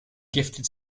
gifted